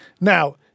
Now